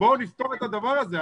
בואו נפתור את הדבר הזה,